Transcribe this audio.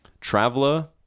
traveler